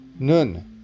Nun